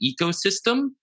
ecosystem